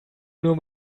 nur